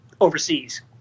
overseas